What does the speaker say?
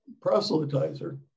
proselytizer